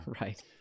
Right